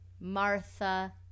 Martha